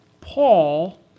Paul